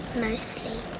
Mostly